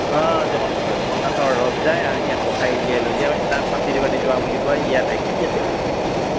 অঁ জগন্নাথৰ জগন্নাথৰ ৰথ যায় আৰু ইয়াত গোসাঁই উলিয়াই লৈ যায় তাত মাসিৰ বাটেদি যোৱা বুলি কোৱা হয় ইয়াত কি আছিল নামটো